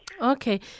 Okay